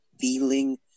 feeling